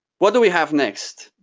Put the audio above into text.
what do we have next?